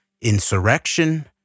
insurrection